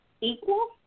equal